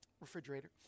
refrigerator